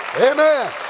Amen